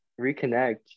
reconnect